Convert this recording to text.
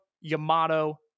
Yamato